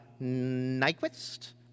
Nyquist